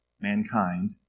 mankind